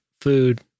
food